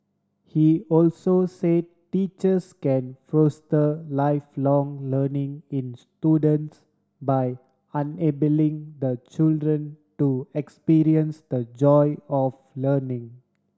he also say teachers can foster Lifelong Learning in students by enabling the children to experience the joy of learning